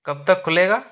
कब तक खुलेगा